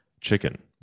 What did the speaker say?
chicken